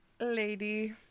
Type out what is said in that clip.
lady